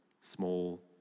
Small